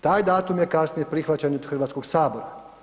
Taj datum je kasnije prihvaćen od Hrvatskog sabora.